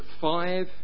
five